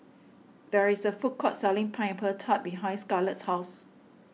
there is a food court selling Pineapple Tart behind Scarlett's house